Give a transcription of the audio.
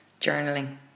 journaling